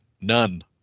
none